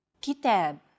Kitab